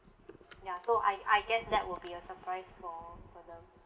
ya so I I guess that will be a surprise for for them